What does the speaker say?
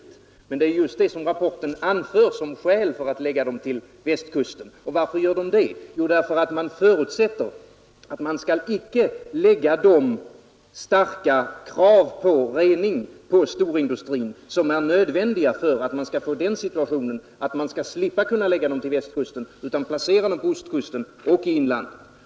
Det är emellertid just det som' rapporten anför som skäl för att förlägga dem till Västkusten. Och varför gör man det? Jo, därför att man förutsätter att man icke skall lägga de starka krav på rening på storindustrin som är nödvändiga för att man skall få den situationen att man slipper förlägga dessa industrier till Västkusten och i stället placerar dem på ostkusten och i inlandet.